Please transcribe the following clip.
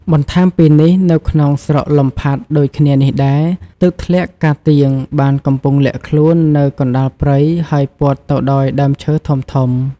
បន្ថែមពីនេះនៅក្នុងស្រុកលំផាត់ដូចគ្នានេះដែរ ទឹកធ្លាក់ការទៀងបានកំពុងលាក់ខ្លួននៅកណ្ដាលព្រៃ ហើយព័ទ្ធទៅដោយដើមឈើធំៗ។